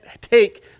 take